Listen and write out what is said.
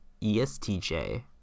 ESTJ